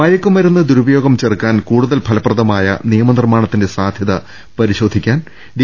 മയക്കുമരുന്ന് ദുരുപയോഗം ചെറുക്കാൻ കൂടുതൽ ഫല പ്രദമായ നിയമനിർമ്മാണത്തിന്റെ സാധ്യത പരിശോധി ക്കാൻ ഡി